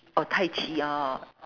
tai chi orh